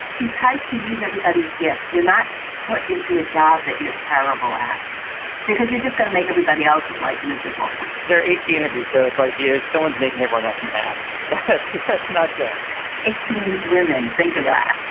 she's tries to use everybody's gifts. you're not put into a job that you're terrible at because you're just gonna make everybody else's life miserable there are eighteen of you. so it's like yeah if someone's making everyone else mad, that's that's not good eighteen women think of that